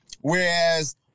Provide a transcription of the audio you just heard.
Whereas